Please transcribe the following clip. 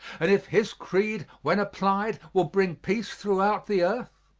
and if his creed when applied will bring peace throughout the earth,